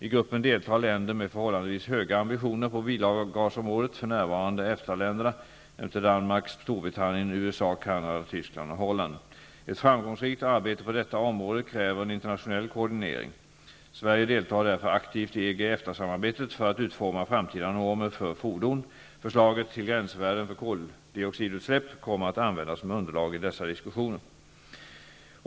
I gruppen deltar länder med förhållandevis höga ambitioner på bilavgasområdet -- f.n. EFTA-länderna, Danmark, Holland. Ett framgångsrikt arbete på detta område kräver en internationell koordinering. Sverige deltar därför aktivt i EG/EFTA-samarbetet för att utforma framtida normer för fordon. Förslaget till gränsvärden för koldioxidutsläpp kommer att användas som underlag i dessa diskussioner.